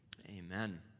Amen